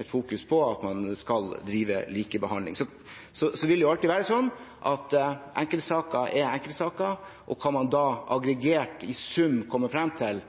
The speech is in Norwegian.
et fokus på at man skal drive likebehandling. Så vil det alltid være sånn at enkeltsaker er enkeltsaker, og hva man da aggregert i sum kommer fram til,